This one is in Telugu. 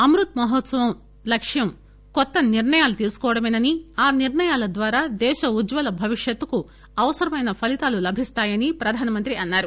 అమృత్ మహోత్సవం లక్ష్యం కొత్త నిర్ణయాలు తీసుకోవడమే నని ఆ నిర్ణయాల ద్వారా దేశ ఉజ్వల భవిష్యత్ కు అవసరమైన ఫలితాలు లభిస్తాయని ప్రధానమంత్రి అన్నారు